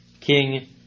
King